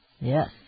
Yes